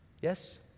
Yes